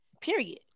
Period